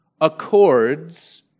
accords